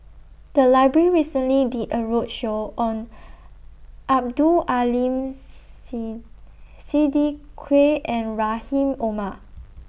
The Library recently did A roadshow on Abdul Aleem Say Siddique and Rahim Omar